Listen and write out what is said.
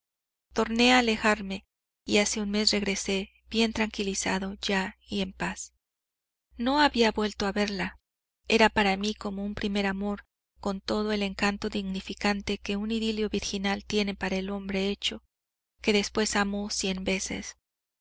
a alejarme y hace un mes regresé bien tranquilizado ya y en paz no había vuelto a verla era para mí como un primer amor con todo el encanto dignificante que un idilio virginal tiene para el hombre hecho que después amó cien veces